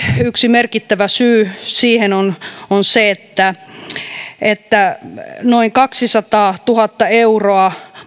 yksi merkittävä syy siihen on on se että maksukertymä vähenee noin kaksisataatuhatta euroa